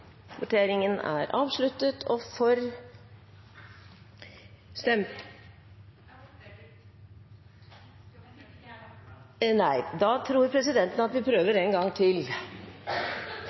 Da tror presidenten at vi prøver en gang til.